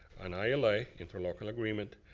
an ila, interlocal agreement,